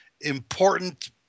important